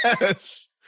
Yes